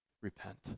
repent